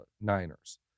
Niners